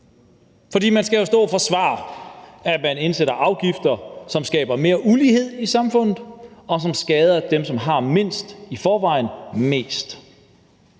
For man skal jo stå og forsvare, at man indfører afgifter, som skaber mere ulighed i samfundet, og som skader dem, som har mindst i forvejen, mest.